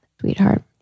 sweetheart